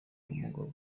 umugabo